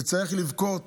שצריך לבכות